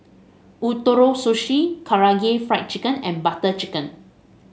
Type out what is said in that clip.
Ootoro Sushi Karaage Fried Chicken and Butter Chicken